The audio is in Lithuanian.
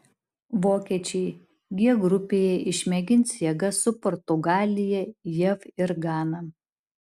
vokiečiai g grupėje išmėgins jėgas su portugalija jav ir gana